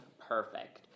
perfect